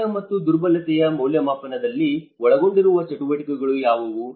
ಅಪಾಯ ಮತ್ತು ದುರ್ಬಲತೆಯ ಮೌಲ್ಯಮಾಪನದಲ್ಲಿ ಒಳಗೊಂಡಿರುವ ಚಟುವಟಿಕೆಗಳು ಯಾವುವು